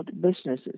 businesses